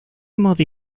modi